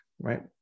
right